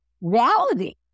reality